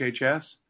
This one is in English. HHS